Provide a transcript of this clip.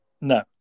No